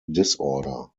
disorder